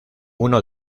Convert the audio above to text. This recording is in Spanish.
uno